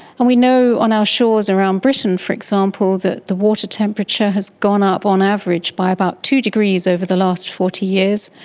and we know on our shores around britain, for example, that the water temperature has gone up on average by about two degrees over the last forty years,